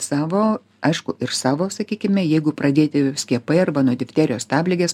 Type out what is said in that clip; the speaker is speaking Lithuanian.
savo aišku ir savo sakykime jeigu pradėti skiepai arba nuo difterijos stabligės